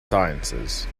sciences